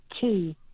two